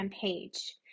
page